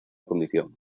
condición